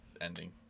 ending